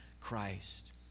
Christ